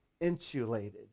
insulated